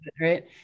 right